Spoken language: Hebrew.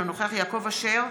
אינו נוכח יעקב אשר,